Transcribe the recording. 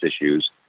issues